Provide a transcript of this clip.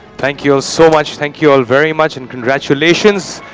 thank you all so much. thank you all very much, and congratulations.